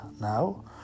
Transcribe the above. now